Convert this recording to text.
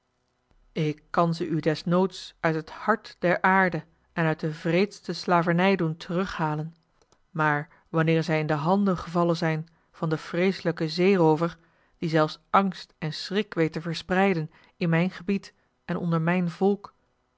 ik kan ze u desnoods uit het hart der aarde en uit de wreedste slavernij doen terughalen maar wanneer zij in de handen gevallen zijn van den vreeselijken zeeroover die zelfs angst en schrik weet te verspreiden in mijn gebied en onder mijn volk